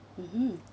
mmhmm